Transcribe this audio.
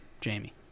Jamie